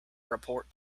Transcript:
report